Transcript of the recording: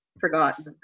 forgotten